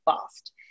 fast